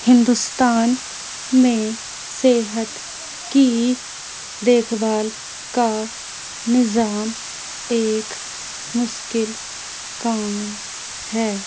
ہندوستان میں صحت کی دیکھ بھال کا نظام ایک مشکل کام ہے